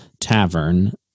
Tavern